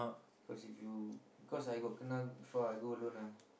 cause if you cause I got kena before I go alone ah